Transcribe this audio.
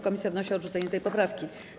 Komisja wnosi o odrzucenie tej poprawki.